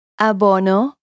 abono